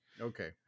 okay